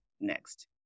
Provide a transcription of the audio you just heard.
next